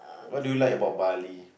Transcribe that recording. what do you like about Bali